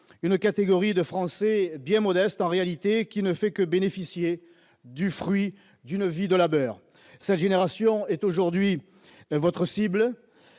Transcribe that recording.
une catégorie de Français bien modeste en réalité qui ne fait que bénéficier du fruit d'une vie de labeur sa génération est aujourd'hui votre cible